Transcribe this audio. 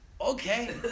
okay